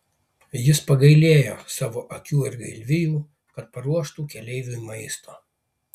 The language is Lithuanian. jis pagailėjo savo avių ir galvijų kad paruoštų keleiviui maisto